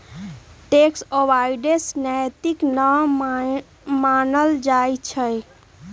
tax avoidance नैतिक न मानल जाइ छइ